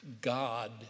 God